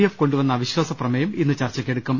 F കൊണ്ടുവന്ന അവിശ്വാസപ്രമേയം ഇന്ന് ചർച്ച ക്കെടുക്കും